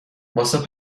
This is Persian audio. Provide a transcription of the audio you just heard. واسه